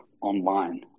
online